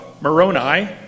Moroni